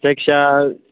जायखिया